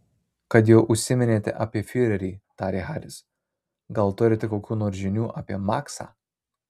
kad jau užsiminėte apie fiurerį tarė haris gal turite kokių nors žinių apie maksą